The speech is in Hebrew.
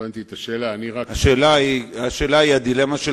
החוב הלאומי של ישראל הוא הרבה יותר נמוך